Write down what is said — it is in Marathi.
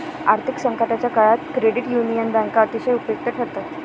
आर्थिक संकटाच्या काळात क्रेडिट युनियन बँका अतिशय उपयुक्त ठरतात